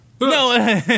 No